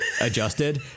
adjusted